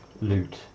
loot